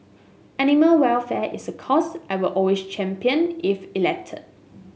animal welfare is a cause I will always champion if elected